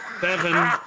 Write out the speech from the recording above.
Seven